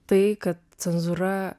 tai kad cenzūra